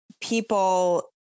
people